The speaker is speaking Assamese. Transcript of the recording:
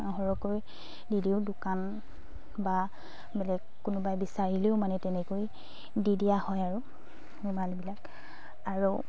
সৰহকৈ দি দিওঁ দোকান বা বেলেগ কোনোবাই বিচাৰিলেও মানে তেনেকৈ দি দিয়া হয় আৰু ৰুমালবিলাক আৰু